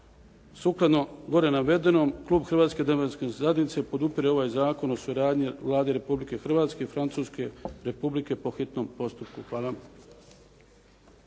Sukladno gore navedenom klub Hrvatske demokratske zajednice podupire ovaj Zakon o suradnji Vlade Republike Hrvatske i Francuske Republike po hitnom postupku. Hvala.